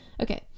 okay